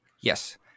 Yes